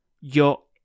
yo